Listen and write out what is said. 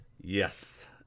Yes